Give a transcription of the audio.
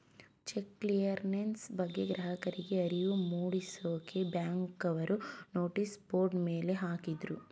check clearance ಬಗ್ಗೆ ಗ್ರಾಹಕರಿಗೆ ಅರಿವು ಮೂಡಿಸಕ್ಕೆ ಬ್ಯಾಂಕ್ನವರು ನೋಟಿಸ್ ಬೋರ್ಡ್ ಮೇಲೆ ಹಾಕಿದ್ರು